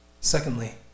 Secondly